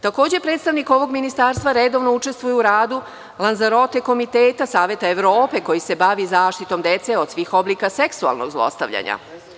Takođe, predstavnik ovog ministarstva redovno učestvuje u radu Lanzarote Komiteta, Saveta Evrope, koji se bavi zaštitom dece od svih oblika seksualnog zlostavljanja.